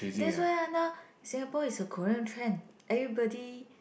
that's why ah now Singapore is a Korean trend everybody